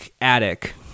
attic